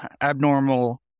abnormal